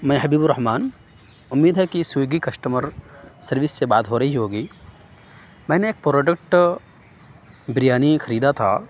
میں حبیب الرحمٰن اُمید ہے کہ سویگی کسٹمر سروس سے بات ہو رہی ہوگی میں نے ایک پروڈکٹ بریانی خریدا تھا